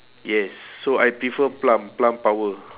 yes so I prefer plump plump power